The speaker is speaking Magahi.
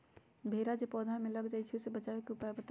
भेरा जे पौधा में लग जाइछई ओ से बचाबे के उपाय बताऊँ?